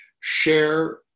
share